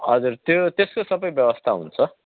हजुर त्यो त्यसको सबै व्यवस्था हुन्छ